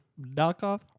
knockoff